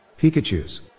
Pikachus